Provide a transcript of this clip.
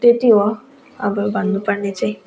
त्यति हो अब भन्नु पर्ने चाहिँ